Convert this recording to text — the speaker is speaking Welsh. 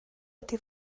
ydy